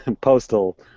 postal